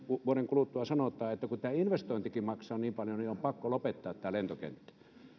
vuoden kuluttua sanotaan että kun tämä investointikin maksaa niin paljon niin on pakko lopettaa tämä lentokenttä